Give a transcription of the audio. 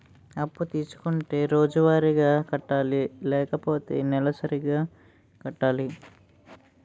అప్పు తీసుకుంటే రోజువారిగా కట్టాలా? లేకపోతే నెలవారీగా కట్టాలా?